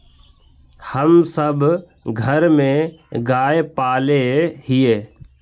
हम सब घर में गाय पाले हिये?